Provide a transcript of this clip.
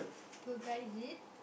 tour guide is it